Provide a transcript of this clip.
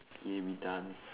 in done